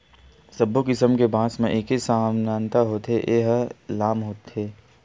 सब्बो किसम के बांस म एके समानता होथे के ए ह लाम होथे